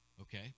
Okay